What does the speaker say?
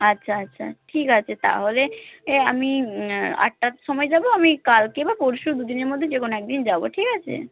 আচ্ছা আচ্ছা ঠিক আছে তাহলে এ আমি আটটার সমায় যাবো আমি কালকে বা পরশু দু দিনের মধ্যে যে কোনো এক দিন যাবো ঠিক আছে